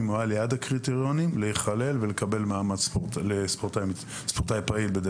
או היה ליד לקבל מעמד ספורטאי פעיל.